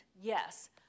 yes